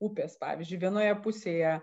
upės pavyzdžiui vienoje pusėje